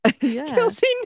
Kelsey